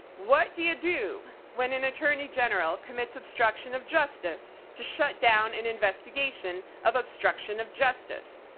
what do you do when an attorney general commits obstruction of justice to shut down an investigation of obstruction of justice?